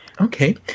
Okay